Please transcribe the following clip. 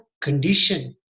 condition